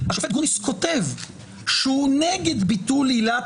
השופט גרוניס כותב שהוא נגד ביטול עילת